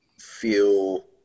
feel